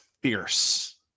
fierce